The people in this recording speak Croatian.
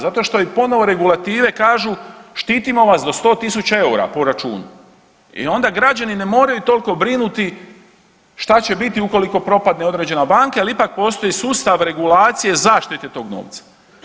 Zato što i ponovo regulative kažu, štitimo vas do 100 tisuća eura po računu i onda građani ne moraju toliko brinuti šta će biti ukoliko propadne određena banka jer ipak postoji sustav regulacije zaštite tog novca.